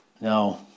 No